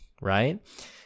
right